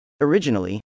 Originally